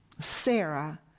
Sarah